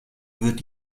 wird